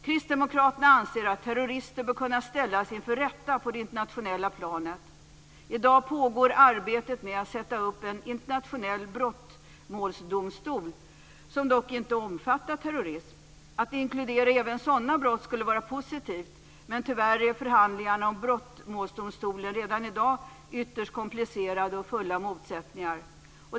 Kristdemokraterna anser att terrorister bör kunna ställas inför rätta på det internationella planet. I dag pågår arbetet med att sätta upp en internationell brottmålsdomstol som dock inte omfattar terrorism. Att inkludera även sådana brott skulle vara positivt, men tyvärr är förhandlingarna om brottmålsdomstolen redan i dag ytterst komplicerade och fulla av motsättningar.